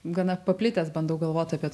gana paplitęs bandau galvoti apie